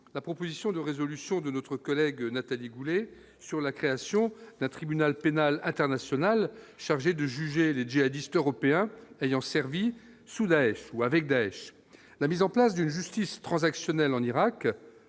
la proposition de résolution de notre collègue Nathalie Goulet sur la création d'un tribunal pénal international chargé de juger les djihadistes européens ayant servi sous Daech ou avec Daech, la mise en place d'une justice transactionnelle en Irak